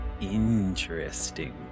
Interesting